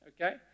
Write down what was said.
okay